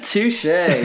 Touche